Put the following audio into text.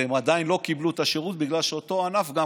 והם עדיין לא קיבלו את השירות בגלל שאותו ענף גם